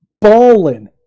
balling